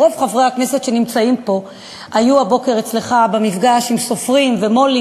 רוב חברי הכנסת שנמצאים פה היו הבוקר אצלך במפגש עם סופרים ומו"לים,